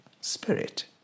spirit